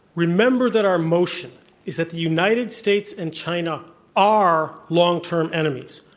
remember that our motion is that the united states and china are long-term enemies,